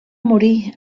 morir